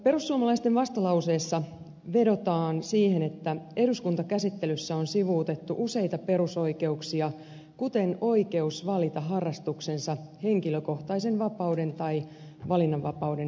perussuomalaisten vastalauseessa vedotaan siihen että eduskuntakäsittelyssä on sivuutettu useita perusoikeuksia kuten oikeus valita harrastuksensa henkilökohtaisen vapauden tai valinnanvapauden perusteella